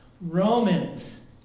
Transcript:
Romans